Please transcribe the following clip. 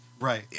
Right